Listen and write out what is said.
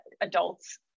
Adults